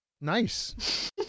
Nice